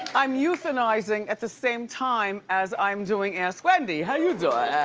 i'm youthanizing at the same time as i'm doing ask wendy, how you doin'?